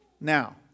Now